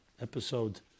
episode